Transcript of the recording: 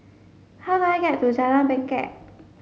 how do I get to Jalan Bangket